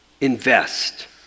Invest